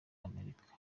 amerika